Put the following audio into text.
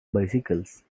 bicycles